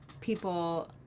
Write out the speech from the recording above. people